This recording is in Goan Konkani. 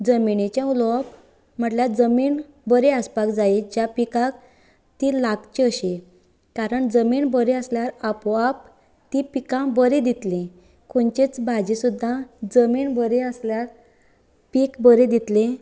जमिनीचे उलोवप म्हटल्यार जमीन बरी आसपाक जायी ज्या पिकाक ती लागची अशी कारण जमीन बरी आसल्यार आपोआप ती पिकां बरी दितली खंयचीच भाजी सुद्दां जमीन बरी आसल्यार पाक बरी दितली